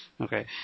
Okay